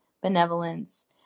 benevolence